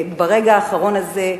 ברגע האחרון הזה,